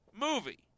movie